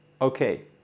okay